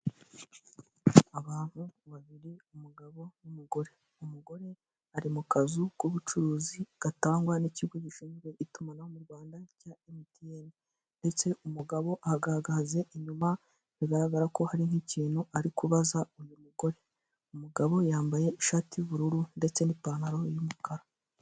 Abantu babiri umugabo n'umugore, umugore ari mu kazu k'ubucuruzi gatangwa n'ikigo gishinzwe itumanaho mu Rwanda cya emutiyeni ndetse umugabo ahagaze inyuma bigaragara ko hari nk'ikintu ari kubaza uyu mugore, umugabo yambaye ishati y' ubururu ndetse n'ipantaro y'umukara.